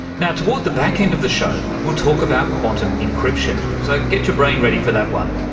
now, toward the back end of the show we'll talk about quantum encryption, so get your brain ready for that one.